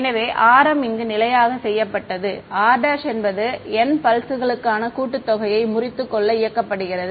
எனவே r m இங்கே நிலையாக செய்யப்பட்டது r' என்பது N பல்ஸ்களுக்கான கூட்டுத்தொகையை முறித்துக் கொள்ள இயக்கப்படுகிறது